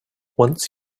once